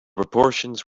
proportions